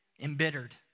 embittered